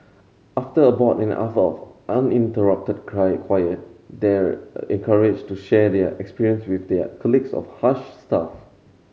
after about an hour of uninterrupted cry quiet they are encouraged to share their experience with their colleagues or Hush staff